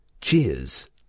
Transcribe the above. Cheers